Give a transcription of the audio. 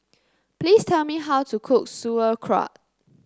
please tell me how to cook Sauerkraut